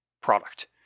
product